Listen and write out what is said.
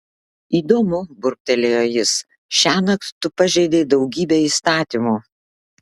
įdomu burbtelėjo jis šiąnakt tu pažeidei daugybę įstatymų